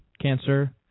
cancer